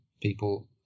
people